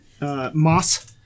Moss